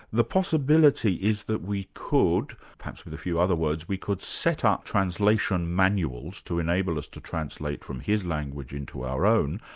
the possibility is that we could, perhaps with a few other words, we could set up translation manuals to enable us to translate from his language into our own,